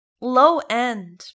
low-end